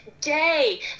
day